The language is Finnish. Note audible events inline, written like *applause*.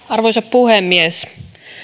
*unintelligible* arvoisa puhemies